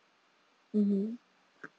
mmhmm